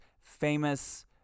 famous